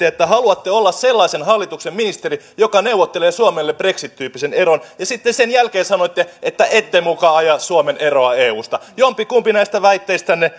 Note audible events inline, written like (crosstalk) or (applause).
(unintelligible) että haluatte olla sellaisen hallituksen ministeri joka neuvottelee suomelle brexit tyyppisen eron ja sitten sen jälkeen sanoitte että ette muka aja suomen eroa eusta jompikumpi näistä väitteistänne (unintelligible)